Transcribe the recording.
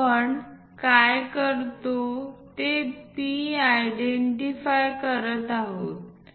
आपण काय करतो ते P आयडेंटिफाय करत आहोत